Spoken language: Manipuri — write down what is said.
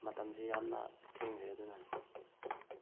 ꯃꯇꯝꯁꯤ ꯌꯥꯝꯅ ꯊꯦꯡꯈ꯭ꯔꯦ ꯑꯗꯨꯅꯅꯤ